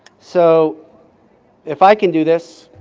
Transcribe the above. so if i can do this,